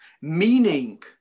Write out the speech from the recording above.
Meaning